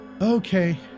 Okay